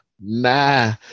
nah